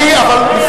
אבל אני,